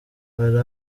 hari